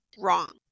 wrong